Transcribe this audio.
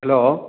hello